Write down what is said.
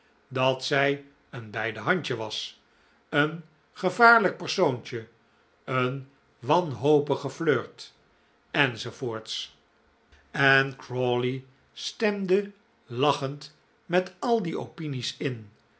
dat zij een bij de handje was een gevaarlijk persoontje een wanhopige flirt enz en crawiey stemde lachend met al die opinies in